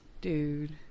dude